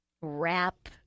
rap